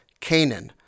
Canaan